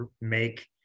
make